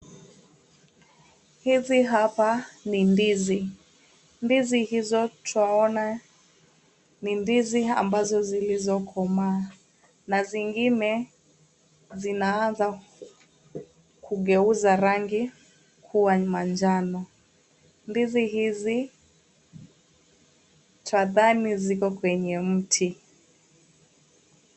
Hizi hapa ni ndizi. Ndizi hizo twaona ni ndizi ambazo zilizokomaa na zingine zinaanza kugeuza rangi kuwa manjano. Ndizi hizi twadhani ziko kwenye mti.